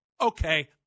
Okay